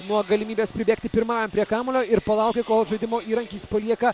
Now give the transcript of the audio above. nuo galimybės pribėgti pirmajam prie kamuolio ir palaukia kol žaidimo įrankis palieka